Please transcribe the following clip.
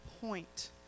point